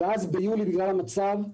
ואז ביולי בגלל המצב,